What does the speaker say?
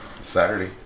Saturday